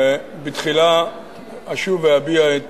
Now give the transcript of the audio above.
תחילה אשוב ואביע את